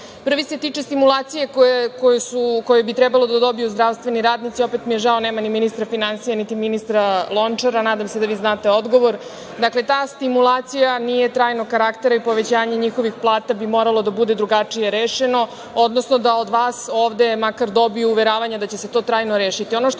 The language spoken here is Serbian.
Prvi se tiče stimulacije koju bi trebalo da dobiju zdravstveni radnici, opet mi je žao, nema ni ministra finansija, niti ministra Lončara, nadam se da vi znate odgovor. Dakle, ta stimulacija nije trajnog karaktera i povećanje njihovih plata bi moralo da bude drugačije rešeno, odnosno da od vas ovde makar dobiju uveravanja da će se to trajno rešiti. Ono